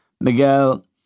Miguel